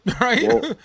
right